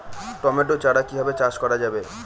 Tomato চারা কিভাবে চাষ করা যাবে?